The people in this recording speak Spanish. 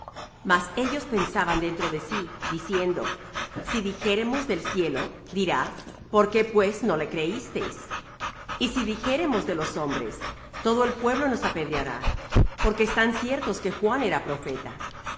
mas ellos pensaban dentro de sí diciendo si dijéremos del cielo dirá por qué pues no le creísteis y si dijéremos de los hombres todo el pueblo nos apedreará porque están ciertos que juan era profeta